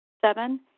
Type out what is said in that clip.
Seven